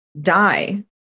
die